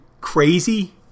crazy